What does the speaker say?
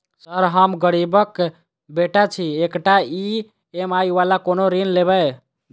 Sir हम गरीबक बेटा छी एकटा ई.एम.आई वला कोनो ऋण देबै?